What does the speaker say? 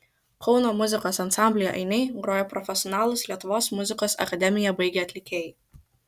kauno muzikos ansamblyje ainiai groja profesionalūs lietuvos muzikos akademiją baigę atlikėjai